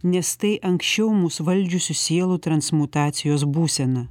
nes tai anksčiau mus valdžiusių sielų transmutacijos būsena